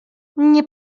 nie